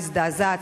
מזדעזעת.